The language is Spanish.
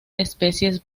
especies